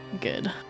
good